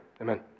Amen